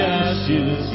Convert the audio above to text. ashes